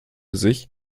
sich